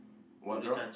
what roar